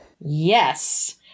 Yes